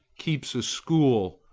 keeps a school,